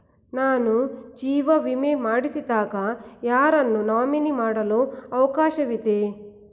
ನಾನು ಜೀವ ವಿಮೆ ಮಾಡಿಸಿದಾಗ ಯಾರನ್ನು ನಾಮಿನಿ ಮಾಡಲು ಅವಕಾಶವಿದೆ?